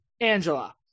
Angela